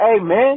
amen